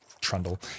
trundle